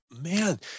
man